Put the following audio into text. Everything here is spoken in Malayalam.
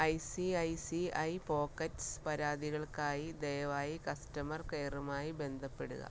I C I C I Pockets പരാതികൾക്കായി ദയവായി കസ്റ്റമർ ക്കെയറുമായി ബന്ധപ്പെടുക